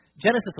Genesis